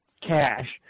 cash